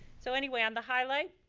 so anyway on the highlight,